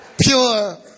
pure